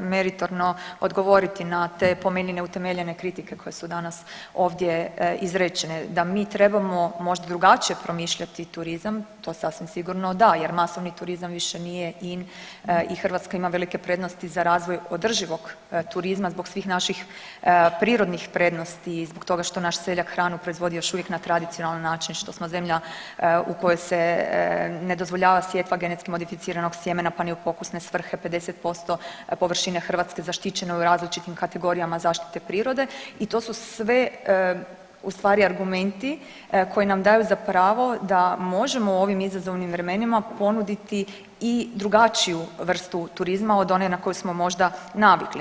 meritorno odgovoriti na te po meni neutemeljene kritike koje su danas ovdje izrečene da mi trebamo možda drugačije promišljati turizam, to sasvim sigurno da jer masovni turizam više nije in i Hrvatska ima velike prednosti za razvoj održivog turizma zbog svih naših prirodnih prednosti i zbog toga što naš seljak hranu proizvodi još uvijek na tradicionalan način, što smo zemlja u kojoj se ne dozvoljava sjetva genetski modificiranog sjemena, pa ni u pokusne svrhe, 50% površine Hrvatske zaštićeno je u različitim kategorijama zaštite prirode i to su sve u stvari argumenti koji nam daju za pravo da možemo u ovim izazovnim vremenima ponuditi i drugačiju vrstu turizma od one na koju smo možda navikli.